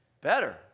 better